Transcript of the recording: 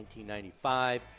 1995